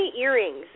earrings